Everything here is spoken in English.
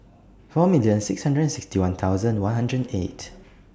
four million six hundred and sixty one thousand one hundred and eight